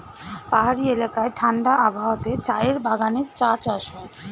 পাহাড়ি এলাকায় ঠাণ্ডা আবহাওয়াতে চায়ের বাগানে চা চাষ হয়